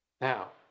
Now